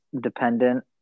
dependent